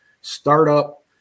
startup